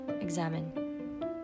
Examine